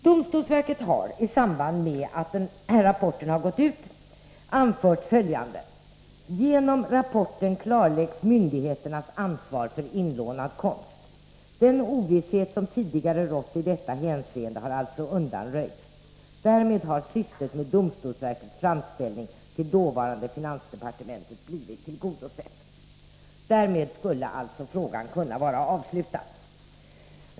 Domstolsverket har i samband med att rapporten gått ut anfört följande: ”Genom rapporten klarläggs myndigheternas ansvar för inlånad konst. Den ovisshet som tidigare rått i detta hänseende har alltså undanröjts. Därmed har syftet med domstolsverkets framställning till dåvarande finansdepartementet blivit tillgodosett.” Därmed skulle alltså frågan kunna vara avslutad.